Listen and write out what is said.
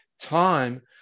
time